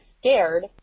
scared